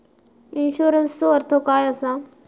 इन्शुरन्सचो अर्थ काय असा?